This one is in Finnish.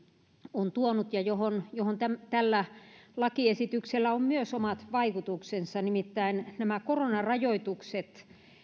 on tuonut ja johon johon tällä lakiesityksellä on myös omat vaikutuksensa nimittäin nämä koronarajoitukset